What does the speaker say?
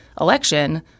election –